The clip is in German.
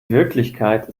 wirklichkeit